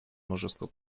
множество